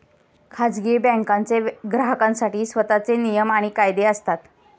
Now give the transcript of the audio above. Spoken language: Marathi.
खाजगी बँकांचे ग्राहकांसाठी स्वतःचे नियम आणि कायदे असतात